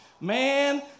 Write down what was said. man